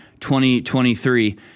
2023